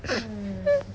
mm